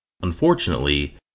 Unfortunately